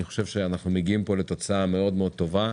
אנחנו מגיעים לתוצאה מאוד מאוד טובה.